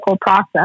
process